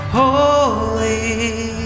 holy